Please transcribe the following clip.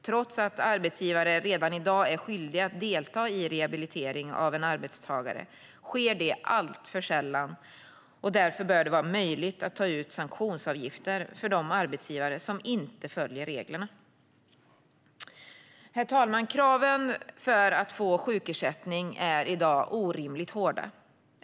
Trots att arbetsgivare redan i dag är skyldiga att delta i rehabilitering av en arbetstagare sker det alltför sällan, och därför bör det vara möjligt att ta ut sanktionsavgifter för de arbetsgivare som inte följer reglerna. Herr talman! Kraven för att få sjukersättning är i dag orimligt hårda.